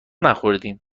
نخوردیم